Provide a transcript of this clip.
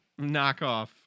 knockoff